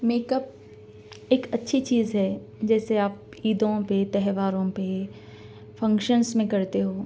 make up ایک اچھی چیز ہے جیسے آپ عیدوں پہ تہواروں پہ فنکشنس میں کرتے ہو